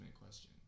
question